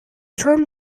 termed